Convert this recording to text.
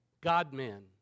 God-men